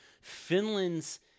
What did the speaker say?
Finland's